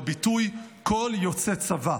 בביטוי "כל יוצא צבא"